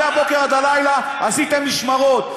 מהבוקר עד הלילה עשיתם משמרות.